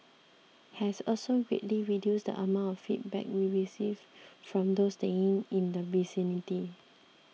has also greatly reduced the amount of feedback we received from those staying in the vicinity